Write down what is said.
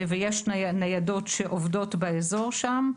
ויש ניידות שעובדות באזור שם.